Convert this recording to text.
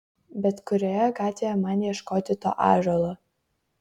bet kurioje gatvėje man ieškoti to ąžuolo